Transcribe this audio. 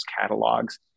catalogs